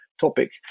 topic